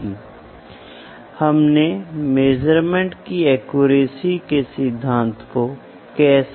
आजकल ऐसा हो गया है पार्ट्स का आकार सिकुड़ता जा रहा है दूसरा पार्ट्स की प्रकृति जटिल हो गई है